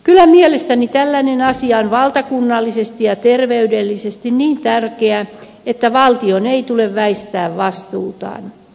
kyllä mielestäni tällainen asia on valtakunnallisesti ja terveydellisesti niin tärkeä että valtion ei tule väistää vastuutaan